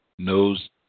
knows